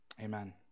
Amen